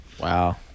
Wow